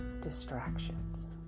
distractions